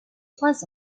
trois